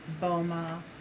BOMA